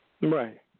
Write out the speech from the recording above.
Right